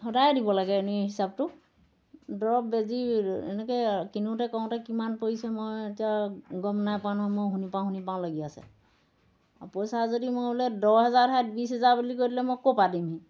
সদায়ে দিব লাগে এনেই হিচাপটো দৰৱ বেজি এনেকৈ কিনোতে কওঁতে কিমান পৰিছে মই এতিয়া গম নাই পোৱা নহয় মই শুনি পাওঁ শুনি পাওঁ লাগি আছে পইচা যদি মই বোলে দহ হেজাৰ ঠাইত বিছ হেজাৰ বুলি কৈ দিলে মই ক'ৰ পৰা দিমহি